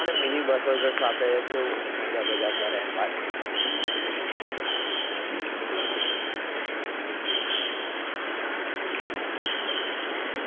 અને mini bus હોય તો સાથે કેવું મજા બજા કરે એમ વાતચીત